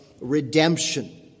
redemption